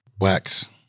Wax